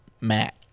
Matt